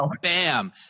Bam